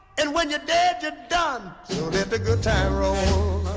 and when you're dead, you're done so let the good times roll